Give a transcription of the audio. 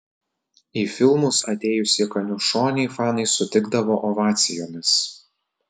į filmus atėjusį kaniušonį fanai sutikdavo ovacijomis